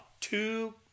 two